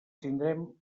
tindrem